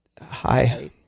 hi